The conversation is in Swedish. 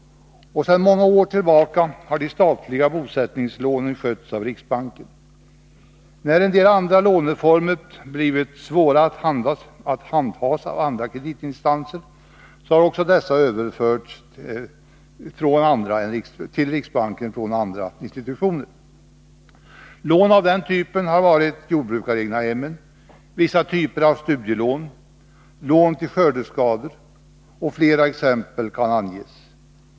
Sedan många år tillbaka har de statliga bosättningslånen skötts av riksbanken. När en del andra låneformer blivit svåra att handha för andra kreditinstanser har de överförts från dessa till riksbanken. Lån av den typen har varit jordbrukar-, egnahemslån, vissa typer av studielån och lån till skördeskador. Flera exempel kan anges.